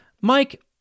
Mike